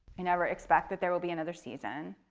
i never expect that there will be another season.